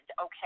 okay